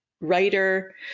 writer